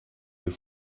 your